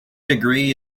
degree